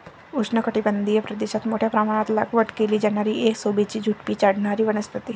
उष्णकटिबंधीय प्रदेशात मोठ्या प्रमाणात लागवड केली जाणारी एक शोभेची झुडुपी चढणारी वनस्पती